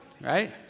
right